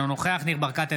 אינו נוכח ניר ברקת,